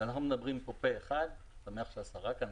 אנחנו מדברים פה פה אחד, אני מניח שגם השרה כאן,